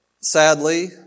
sadly